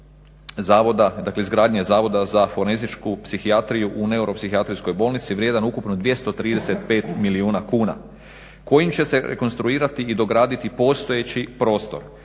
partnerstva izgradnje Zavoda za forenzičku psihijatriju u neuropsihijatrijskoj bolnici vrijedan ukupno 235 milijuna kuna kojim će se rekonstruirati i dograditi postojeći prostor.